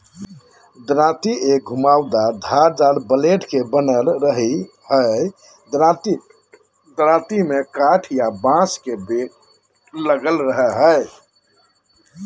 दरांती एक घुमावदार धारदार ब्लेड के बनल रहई हई दरांती में काठ या बांस के बेट लगल रह हई